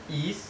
east